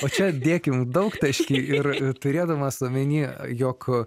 o čia dėkim daugtaškį ir turėdamas omeny jog